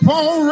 on